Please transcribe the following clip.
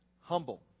humble